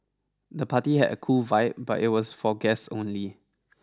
the party had a cool vibe but it was for guests only